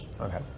okay